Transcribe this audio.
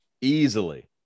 easily